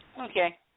Okay